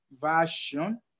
Version